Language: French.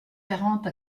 quarante